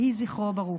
יהי זכרו ברוך.